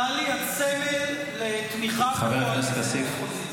טלי, את סמל לתמיכה, חבר הכנסת כסיף.